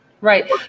Right